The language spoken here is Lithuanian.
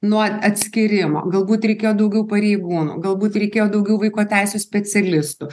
nuo atskyrimo galbūt reikėjo daugiau pareigūnų galbūt reikėjo daugiau vaiko teisių specialistų